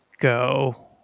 go